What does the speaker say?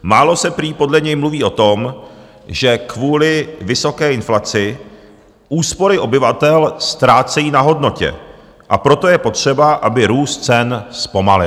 Málo se prý podle něj mluví o tom, že kvůli vysoké inflaci úspory obyvatel ztrácejí na hodnotě, a proto je potřeba, aby růst cen zpomalil.